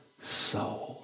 soul